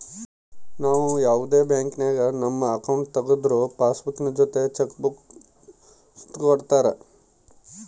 ನಾವು ಯಾವುದೇ ಬ್ಯಾಂಕಿನಾಗ ನಮ್ಮ ಅಕೌಂಟ್ ತಗುದ್ರು ಪಾಸ್ಬುಕ್ಕಿನ ಜೊತೆ ಚೆಕ್ ಬುಕ್ಕ ಸುತ ಕೊಡ್ತರ